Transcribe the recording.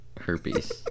herpes